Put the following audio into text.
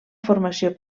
formació